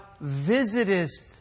visitest